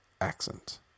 Accent